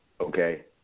okay